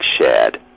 shared